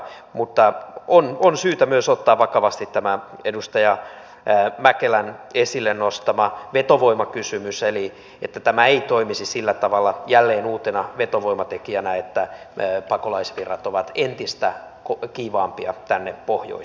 mutta on syytä myös ottaa vakavasti tämä edustaja mäkelän esille nostama vetovoimakysymys eli että tämä ei toimisi sillä tavalla jälleen uutena vetovoimatekijänä että pakolaisvirrat olisivat entistä kiivaampia tänne pohjoiseen suomeen